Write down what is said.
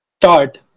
start